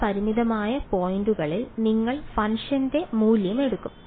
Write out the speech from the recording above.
ചില പരിമിതമായ പോയിന്റുകളിൽ നിങ്ങൾ ഫംഗ്ഷന്റെ മൂല്യം എടുക്കും